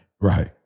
right